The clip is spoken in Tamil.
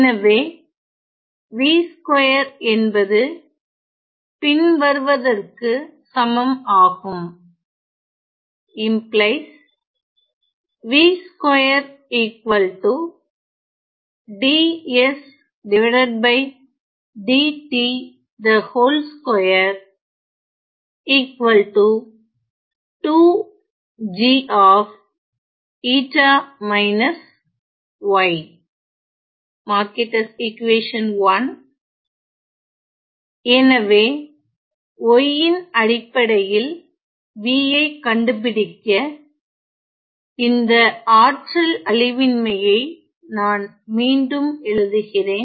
எனவே v2 என்பது பின்வருவதற்கு சமம் ஆகும் எனவே y ன் அடிப்படையில் v ஐ கண்டுபிடிக்க இந்த ஆற்றல் அழிவின்மையை நான் மீண்டும் எழுதுகிறேன்